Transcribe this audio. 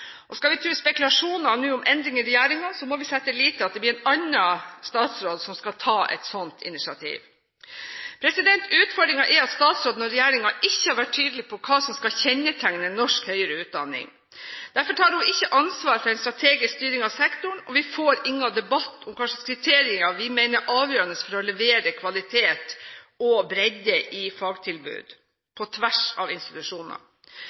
Skal vi tro spekulasjonene nå om endringer i regjeringen, må vi sette vår lit til at det blir en annen statsråd som skal ta et slikt initiativ. Utfordringen er at statsråden og regjeringen ikke har vært tydelig på hva som skal kjennetegne norsk høyere utdanning. Derfor tar hun ikke ansvar for en strategisk styring av sektoren, og vi får ingen debatt om hvilke kriterier vi mener er avgjørende for å levere kvalitet og bredde i fagtilbud, på tvers av institusjoner.